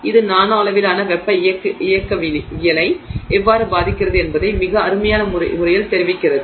எனவே இது நானோ அளவிலான வெப்ப இயக்கவியலை எவ்வாறு பாதிக்கிறது என்பதை மிக அருமையான முறையில் தெரிவிக்கிறது